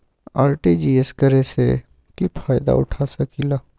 RTGS करे से की फायदा उठा सकीला?